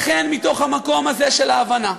לכן, מתוך המקום הזה של ההבנה,